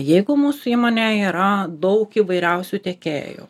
jeigu mūsų įmonėj yra daug įvairiausių tiekėjų